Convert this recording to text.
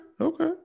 okay